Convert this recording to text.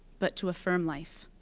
but to affirm life.